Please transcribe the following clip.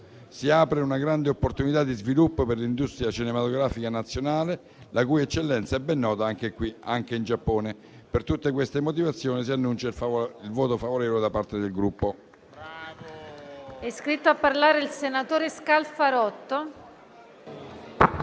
Si apre una grande opportunità di sviluppo per l'industria cinematografica nazionale, la cui eccellenza è ben nota anche in Giappone. Per tutte queste motivazioni, annuncio il voto favorevole da parte del mio Gruppo.